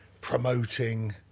promoting